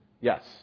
Yes